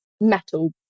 metal